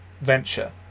venture